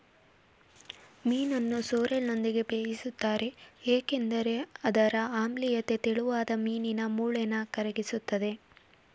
ಮೀನನ್ನು ಸೋರ್ರೆಲ್ನೊಂದಿಗೆ ಬೇಯಿಸ್ತಾರೆ ಏಕೆಂದ್ರೆ ಅದರ ಆಮ್ಲೀಯತೆ ತೆಳುವಾದ ಮೀನಿನ ಮೂಳೆನ ಕರಗಿಸ್ತದೆ